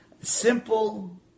Simple